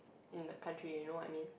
in the country you know what I mean